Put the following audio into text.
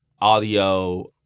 audio